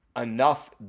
enough